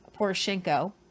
Poroshenko